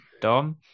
dom